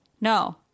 No